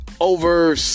over